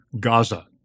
Gaza